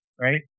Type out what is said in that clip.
right